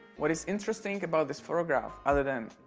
what is interesting about this photograph other than,